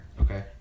Okay